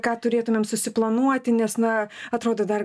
ką turėtumėm susiplanuoti nes na atrodo dar